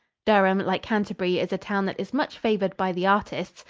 durham, like canterbury, is a town that is much favored by the artists,